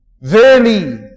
Verily